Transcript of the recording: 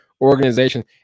organization